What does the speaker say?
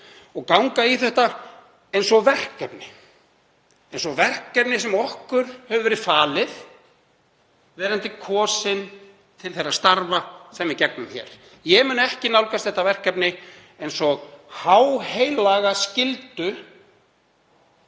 og ganga í þetta eins og verkefni sem okkur hefur verið falið, verandi kosin til þeirra starfa sem við gegnum hér. Ég mun ekki nálgast þetta verkefni eins og háheilaga skyldu